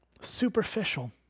superficial